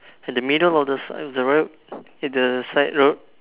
in the middle of the side of the road at the side road